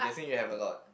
think you have a lot